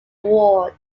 award